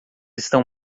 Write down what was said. estão